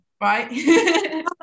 Right